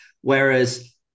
Whereas